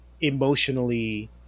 emotionally